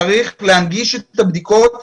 צריך להנגיש את הבדיקות לשכונות.